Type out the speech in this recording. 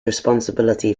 responsibility